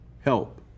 help